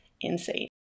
insane